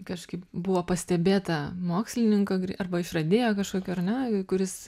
kažkaip buvo pastebėta mokslininko arba išradėjo kažkokio ar ne kuris